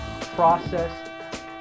process